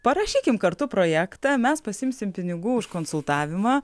parašykim kartu projektą mes pasiimsim pinigų už konsultavimą